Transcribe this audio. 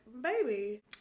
baby